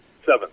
seven